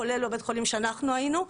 כולל בבית חולים שאנחנו היינו,